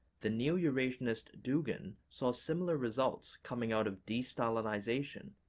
the neo-eurasianist dugin saw similar results coming out of de-stalinization,